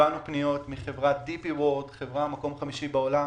שקיבלנו פניות מחברה- -- חברה במקום החמישי בעולם